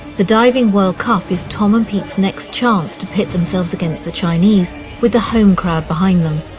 the diving world cup is tom and pete's next chance to pit themselves against the chinese with the home crowd behind them.